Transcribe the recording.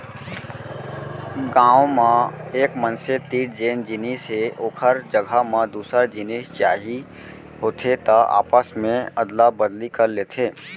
गाँव म एक मनसे तीर जेन जिनिस हे ओखर जघा म दूसर जिनिस चाही होथे त आपस मे अदला बदली कर लेथे